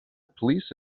police